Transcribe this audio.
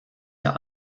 der